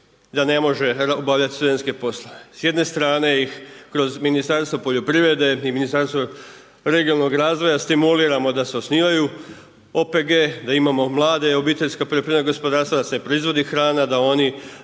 da ne može obavljati studentske poslove. S jedne strane ih kroz Ministarstvo poljoprivrede i Ministarstvo regionalnog razvoja stimuliramo da se osnivaju OPG, da imamo mlada OPG, da se proizvodi hrana,